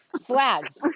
flags